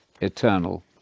eternal